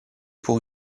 pour